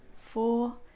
four